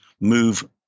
move